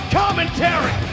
commentary